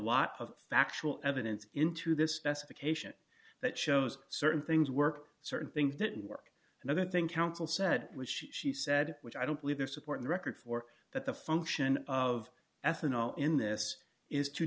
lot of factual evidence into this specification that shows certain things work certain things didn't work and other thing counsel said which she said which i don't believe they're supporting the record for that the function of ethanol in this is to